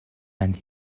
and